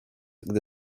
gdy